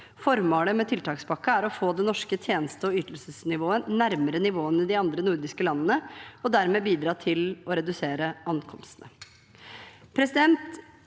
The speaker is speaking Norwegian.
Formålet med tiltakspakken er å få det norske tjeneste- og ytelsesnivået nærmere nivåene i de andre nordiske landene og dermed bidra til å redusere ankomstene.